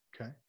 Okay